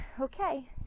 Okay